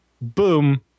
boom